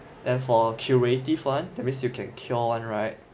and for curative one that means you can cure one right